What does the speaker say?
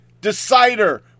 Decider